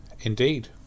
Indeed